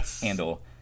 handle